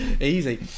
easy